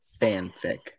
fanfic